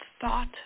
thought